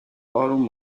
آروم